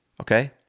okay